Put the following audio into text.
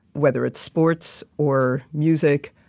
whether it's sports or music,